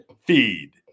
feed